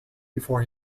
before